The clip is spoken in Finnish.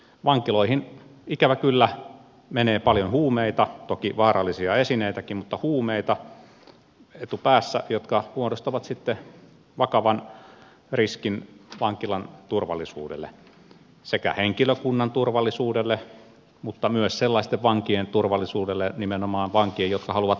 vankiloihin ikävä kyllä menee paljon huumeita toki vaarallisia esineitäkin mutta etupäässä huumeita jotka muodostavat sitten vakavan riskin vankilan turvallisuudelle sekä henkilökunnan turvallisuudelle että nimenomaan myös sellaisten vankien turvallisuudelle jotka haluavat lusia rauhassa